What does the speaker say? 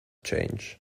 change